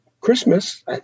christmas